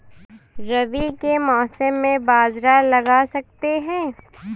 रवि के मौसम में बाजरा लगा सकते हैं?